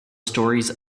stories